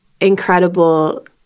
incredible